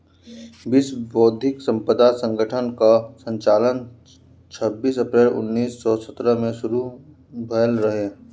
विश्व बौद्धिक संपदा संगठन कअ संचालन छबीस अप्रैल उन्नीस सौ सत्तर से शुरू भयल रहे